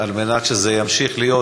כדי שזה ימשיך להיות,